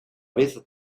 vez